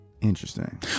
Interesting